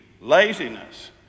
laziness